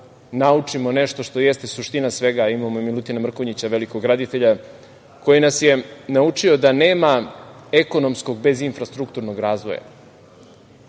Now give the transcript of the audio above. naučimo nešto što jeste suština svega, imamo Milutina Mrkonjića, velikog graditelja, koji nas je naučio da nema ekonomskog bez infrastrukturnog razvoja.